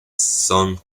son